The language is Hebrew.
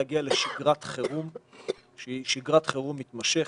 להגיע לשגרת חירום שהיא שגרת חירום מתמשכת,